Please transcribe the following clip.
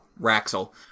Raxel